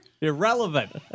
Irrelevant